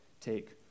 take